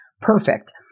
perfect